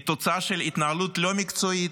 היא תוצאה של התנהלות לא מקצועית,